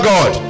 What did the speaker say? God